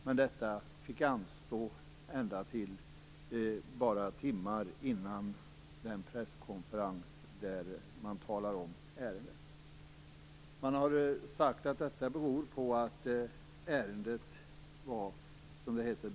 Men detta fick anstå ända till bara några timmar före den presskonferens där ärendet presenterades. Man har sagt att detta berodde på att ärendet var brådskande.